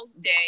day